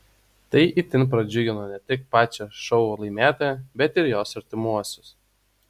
tai itin pradžiugino ne tik pačią šou laimėtoją bet ir jos artimuosius